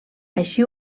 així